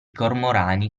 cormorani